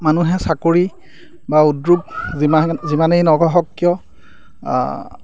মানুহে চাকৰি বা উদ্যোগ যিমান যিমানেই নহওক কিয়